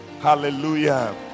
Hallelujah